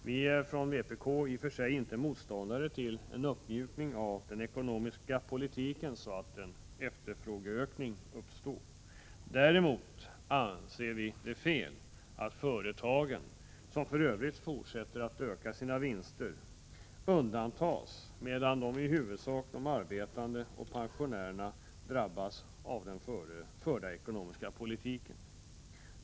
Vi är från vpk i och för sig inte motståndare till en uppmjukning av den ekonomiska politiken, så att en efterfrågeökning uppstår. Däremot anser vi det fel att företagen, som för övrigt fortsätter att öka sina vinster, undantas medan i huvudsak de arbetande och pensionärerna drabbats av den förda ekonomiska politiken.